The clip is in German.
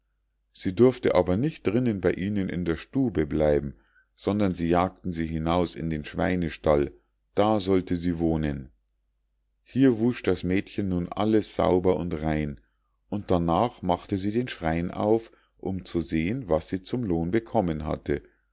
sie durfte aber nicht drinnen bei ihnen in der stube bleiben sondern sie jagten sie hinaus in den schweinstall da sollte sie wohnen hier wusch das mädchen nun alles sauber und rein und darnach machte sie den schrein auf um zu sehen was sie zum lohn bekommen hatte